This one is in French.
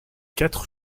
quatre